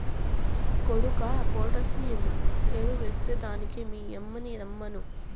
కొడుకా పొటాసియం ఎరువెస్తే దానికి మీ యమ్మిని రమ్మను